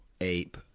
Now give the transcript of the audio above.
ape